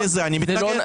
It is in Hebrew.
לזה אני מתנגד.